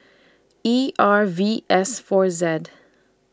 E R V S four Z